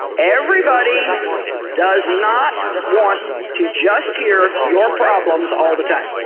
everybody does not want to just hear your problems all the time.